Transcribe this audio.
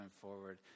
forward